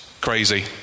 crazy